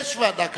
יש ועדה כזאת.